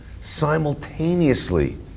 simultaneously